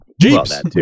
Jeeps